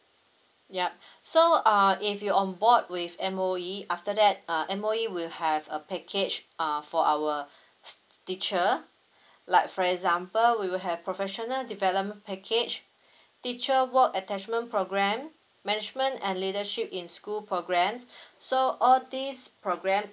yup so err if you on board with M_O_E after that err M_O_E will have a package err for our teachers like for example we will have professional development package teacher work attachment program management and leadership in school programs so all these program